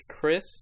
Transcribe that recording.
chris